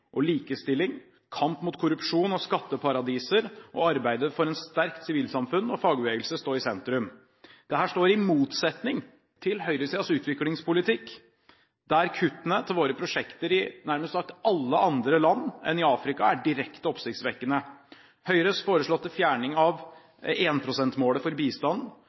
likestilling, kamp mot korrupsjon og skatteparadiser og arbeidet for et sterkt sivilsamfunn og fagbevegelse stå i sentrum. Dette står i motsetning til høyresidens utviklingspolitikk, der kuttene til våre prosjekter i nærmest sagt alle andre land enn i Afrika er direkte oppsiktsvekkende. Høyres foreslåtte fjerning av 1 pst.-målet for